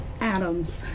Adams